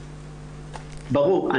ברור.